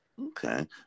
Okay